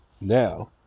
Now